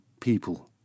people